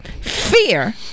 fear